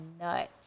nuts